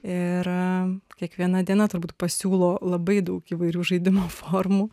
ir kiekviena diena turbūt pasiūlo labai daug įvairių žaidimo formų